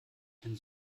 den